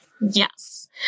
Yes